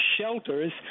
shelters